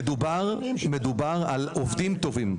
מדובר בעובדים טובים.